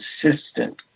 consistent